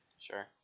Sure